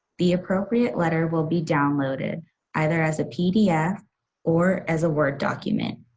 the appropriate letter will be downloaded either as a pdf or as a word document.